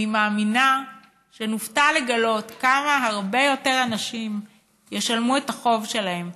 אני מאמינה שנופתע לגלות כמה הרבה יותר אנשים ישלמו את החוב שלהם.